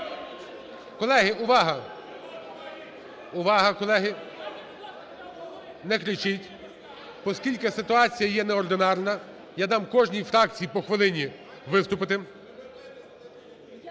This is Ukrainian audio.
колеги, не кричіть. Оскільки ситуація є неординарна, я дам кожній фракції по хвилині виступити.